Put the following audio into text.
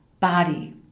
Body